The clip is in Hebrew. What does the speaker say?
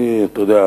אתה יודע,